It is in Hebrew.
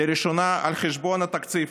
לראשונה על חשבון התקציב,